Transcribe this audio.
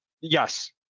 Yes